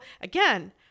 again